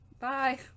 bye